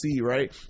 right